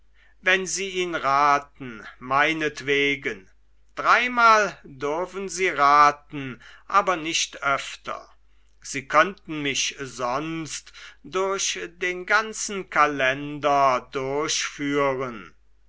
wenn sie ihn raten meinetwegen dreimal dürfen sie raten aber nicht öfter sie könnten mich sonst durch den ganzen kalender durchführen